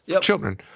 children